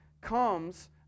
comes